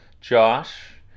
josh